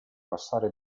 passare